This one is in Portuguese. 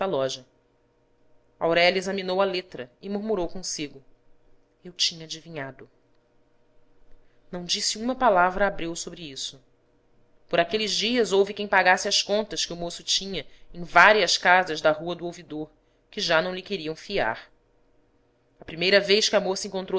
loja aurélia examinou a letra e murmurou consigo eu tinha adivinhado não disse uma palavra a abreu sobre isto por aqueles dias houve quem pagasse as contas que o moço tinha em várias casas da rua do ouvidor que já não lhe queriam fiar a primeira vez que a moça